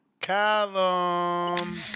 Callum